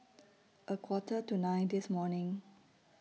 A Quarter to nine This morning